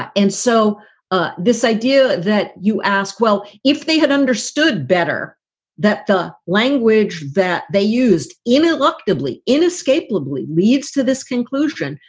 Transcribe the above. and so ah this idea that you ask, well, if they had understood better that the language that they used ineluctably inescapably leads to this conclusion.